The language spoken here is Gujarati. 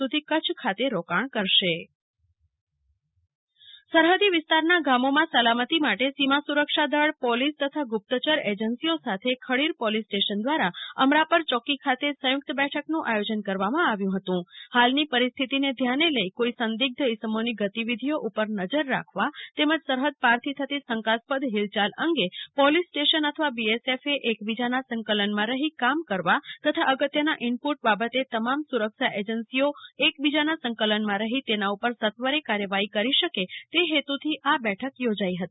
સુધી કચ્છમાં રોકાણ કરશે કલ્પના શાહ પોલીસ તેમજ સુ રક્ષા એજન્સીઓની બેઠક સરહદી વિસ્તારનાં ગામોમાં સલામતી માટે સીમા સુરક્ષા દળ પોલીસ તથા ગુપ્તચર એજન્સીઓ સાથે ખડીર પોલીસ સ્ટેશન દ્વારા અમરાપર ચોકી ખાતે સંયુક્ત બેઠકનું આયોજન કરવામાં આવ્યું હતું હાલની પરિસ્થિતિને ધ્યાને લઈ કોઈ સંદિગ્ધ ઈસમોની ગતિવિધિઓ ઉપર નજર રાખવા તેમજ સરહદ પારથી થતી સંકાસ્પદ હિલયાલ અંગે પોલીસ સ્ટેશન અથવા બીઐસએફએ એકબીજાના સંકલનમાં રહી કામ કરવા તથા અગત્યના ઈનપુટ બાબતે તમામ સુ રક્ષા એજન્સીઓ એકબીજાના સંકલનમાં રહી તેના ઉપર સત્વરી કાર્યવાહી કરી શકે તે હેતુ થી આ બેઠક યોજાઈ હતી